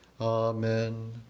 Amen